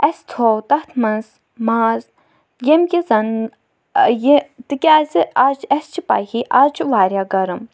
اَسہِ تھوٚو تَتھ منٛز ماز ییٚمہِ کہِ زَن یہِ تِکیٛازِ آز اَسہِ چھِ پَیہی آز چھُ واریاہ گَرٕم